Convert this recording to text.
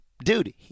Dude